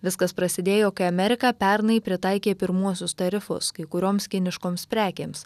viskas prasidėjo kai amerika pernai pritaikė pirmuosius tarifus kai kurioms kiniškoms prekėms